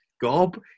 Gob